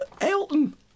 Elton